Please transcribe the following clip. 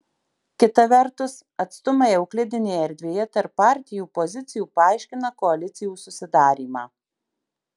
kita vertus atstumai euklidinėje erdvėje tarp partijų pozicijų paaiškina koalicijų susidarymą